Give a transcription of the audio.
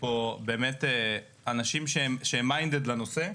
אנשים שהם minded לנושא.